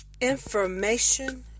information